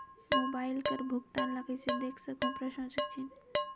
Mobile कर भुगतान ला कइसे देख सकहुं?